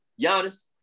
Giannis